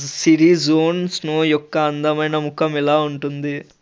సిరిజోన్ Snow యొక్క అందమైన ముఖం ఎలా ఉంటుంది